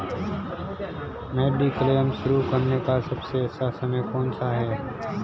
Mediclaim शुरू करने का सबसे अच्छा समय कौनसा है?